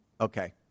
okay